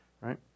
right